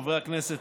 חברי הכנסת,